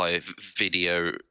video